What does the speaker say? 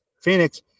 Phoenix